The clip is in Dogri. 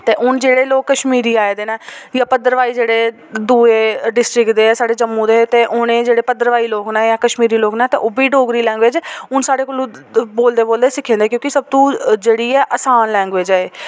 ते हून जेह्ड़े लोक कश्मीरी आऐ दे न जां भद्रवाही जेह्ड़े दूऐ डिस्ट्रिक्ट दे साढ़े जम्मू ते उ'नें जेह्ड़े एह् भद्रवाही लोग न जां कश्मीरी लोग न तां ओह्बी डोगरी लैंग्वेज हून साढ़े कोलू बोलदे बोलदे गै सिक्खे दे न क्योंकि सब तू जेह्ड़ी ऐ असान लैंग्वेज़ ऐ एह्